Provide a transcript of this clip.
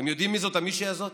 אתם יודעים מי זאת המישהי הזאת?